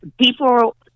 people